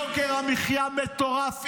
יוקר המחיה מטורף,